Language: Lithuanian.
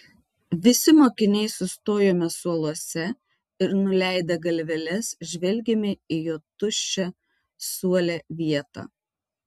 visi mokiniai sustojome suoluose ir nuleidę galveles žvelgėme į jo tuščią suole vietą